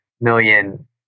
million